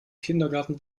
kindergarten